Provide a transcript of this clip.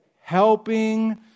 helping